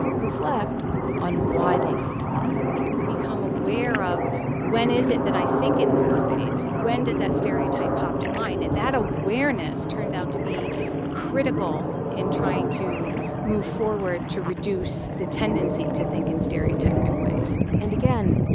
reflect on why they come to mind become aware of when is it that i think in those ways? when does that stereotype pop to mind? and that awareness turns out to be critical in trying to move forward to reduce the tendency to think in stereotypic ways and again,